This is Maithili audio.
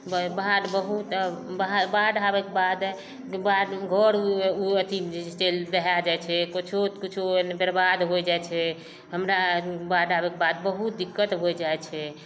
भै बाढ़ि बहुत आब बाढ़ि आबैके बाद घर अथी चैलि दहए जाइ छै किछो सऽ किछो ओहिमे बर्बाद होइ जाइ छै हमरा आरू बाढ़ि आबेक बाद बहुत दिक्कत होइ जाइ छै